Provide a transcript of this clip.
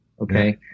okay